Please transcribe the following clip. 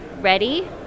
ready